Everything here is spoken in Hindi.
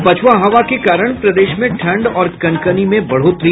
और पछुआ हवा के कारण प्रदेश में ठंड और कनकनी में बढ़ोतरी